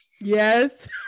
Yes